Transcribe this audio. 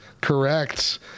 Correct